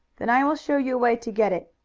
then i will show you a way to get it.